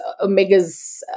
omegas